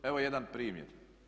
Evo jedan primjer.